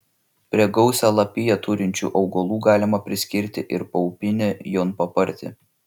prie gausią lapiją turinčių augalų galima priskirti ir paupinį jonpapartį